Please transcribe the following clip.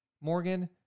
Morgan